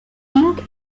ink